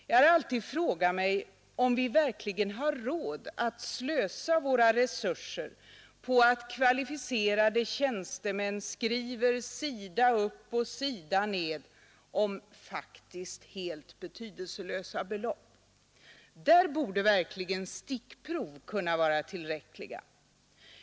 Jag har alltid frågat mig om vi verkligen har råd att slösa våra resurser på att kvalificerade tjänstemän skriver sida upp och sida ned om faktiskt helt betydelselösa belopp. Där borde verkligen stickprov kunna vara tillräckliga.